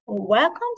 Welcome